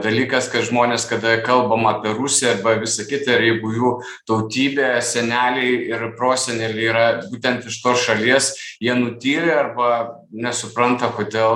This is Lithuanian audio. dalykas kad žmonės kada kalbama apie rusiją arba visa kita ir jeigu jų tautybė seneliai ir proseneliai yra būtent iš tos šalies jie nutyli arba nesupranta kodėl